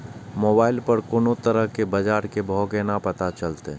Mobile पर कोनो तरह के बाजार के भाव केना पता चलते?